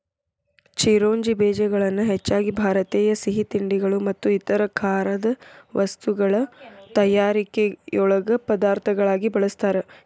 ಚಿರೋಂಜಿ ಬೇಜಗಳನ್ನ ಹೆಚ್ಚಾಗಿ ಭಾರತೇಯ ಸಿಹಿತಿಂಡಿಗಳು ಮತ್ತು ಇತರ ಖಾರದ ವಸ್ತುಗಳ ತಯಾರಿಕೆಯೊಳಗ ಪದಾರ್ಥಗಳಾಗಿ ಬಳಸ್ತಾರ